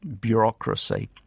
bureaucracy